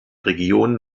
region